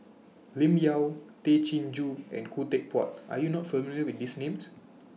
Lim Yau Tay Chin Joo and Khoo Teck Puat Are YOU not familiar with These Names